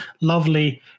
lovely